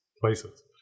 places